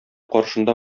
каршында